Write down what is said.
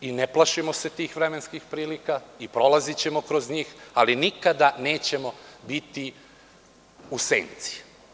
Ne plašimo se tih vremenskih prilika i prolazićemo kroz njih, ali nikada nećemo biti u senci.